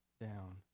down